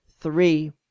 Three